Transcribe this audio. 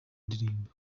ndirimbo